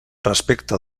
respecte